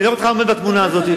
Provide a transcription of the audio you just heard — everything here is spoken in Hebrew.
נראה אותך עומד בתמונה הזאת.